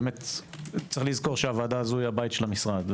יש לזכור שהוועדה הזו היא הבית של המשרד.